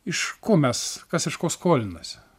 iš ko mes kas iš ko skolinasi